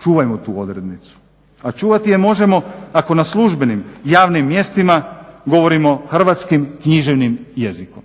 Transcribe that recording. čuvajmo tu odrednicu. A čuvati je možemo ako na službenim javnim mjestima govorimo hrvatskim književnim jezikom.